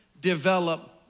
develop